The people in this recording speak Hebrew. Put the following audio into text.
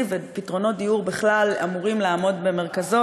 ופתרונות דיור בכלל אמורים לעמוד במרכזו,